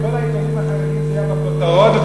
בכל העיתונים החרדיים זה היה בכותרות,